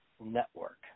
network